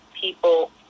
people